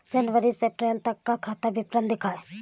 जनवरी से अप्रैल तक का खाता विवरण दिखाए?